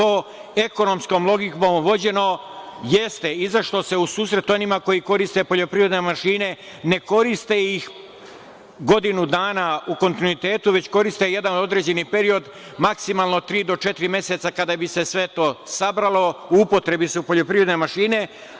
Ekonomskom logikom vođeno, jeste, izašlo se u susret onima koji koriste poljoprivrede mašine, ne koriste ih godinu dana u kontinuitetu, već koriste jedan određeni period, maksimalno tri do četiri meseca, kada bi se sve to sabralo u upotrebi su poljoprivredne mašine.